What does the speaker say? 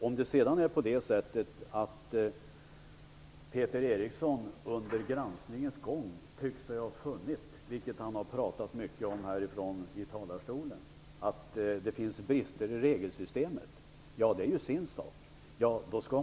Om Peter Eriksson under granskningens gång tycker sig ha funnit, vilket han har talat mycket om här i talarstolen, att det finns brister i regelsystemet, så är det en sak för sig.